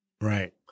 Right